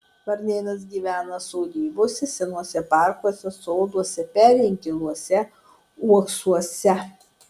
varnėnas gyvena sodybose senuose parkuose soduose peri inkiluose uoksuose